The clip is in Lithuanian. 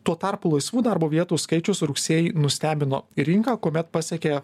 tuo tarpu laisvų darbo vietų skaičius rugsėjį nustebino rinką kuomet pasiekė